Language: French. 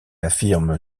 affirme